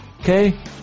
okay